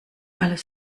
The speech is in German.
alles